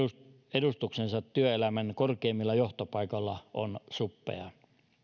edustuksensa työelämän korkeimmilla johtopaikoilla on suppeaa